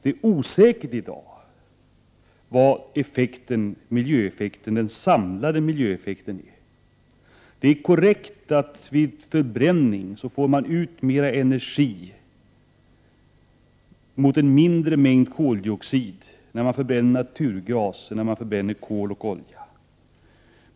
Den samlade miljöeffekten av naturgasen är i dag osäker. Det är korrekt att man vid förbränning av naturgas får ut mer energi mot en mindre mängd koldioxid än när man förbränner kol och olja.